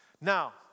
Now